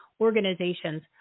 organizations